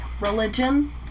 religion